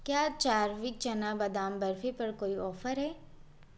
क्या चारविक चना बादाम बर्फी पर कोई ऑफर है